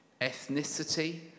Ethnicity